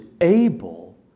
able